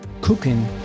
cooking